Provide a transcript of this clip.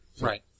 Right